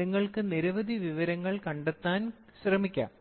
നിങ്ങൾക്ക് നിരവധി വിവരങ്ങൾ കണ്ടെത്താൻ ശ്രമിക്കാം